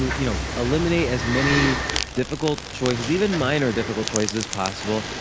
you know eliminate as many difficult choices, even minor difficult choices, as possible,